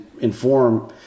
inform